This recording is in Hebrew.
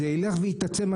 הנושא הזה ילך ויתעצם.